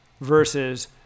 versus